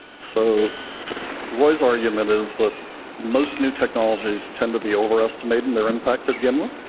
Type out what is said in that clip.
so roy's argument is that most new technologies tend to be overestimated in their impact to begin with,